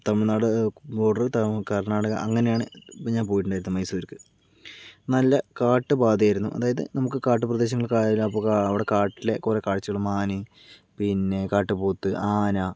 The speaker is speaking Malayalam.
തമിഴ്നാട് ബോർഡറ് തമിഴ് കർണാടക അങ്ങനെയാണ് ഇപ്പം ഞാൻ പോയിട്ടുണ്ടായിരുന്നത് മൈസൂര്ക്ക് നല്ല കാട്ടുപാതയായിരുന്നു അതായത് നമുക്ക് കാട്ടുപ്രദേശങ്ങളിലും അവിടെ കാട്ടിലെ കുറെ കാഴ്ചകളും മാന് പിന്നെ കാട്ടുപോത്ത് ആന